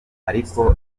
ariko